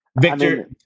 Victor